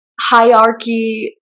hierarchy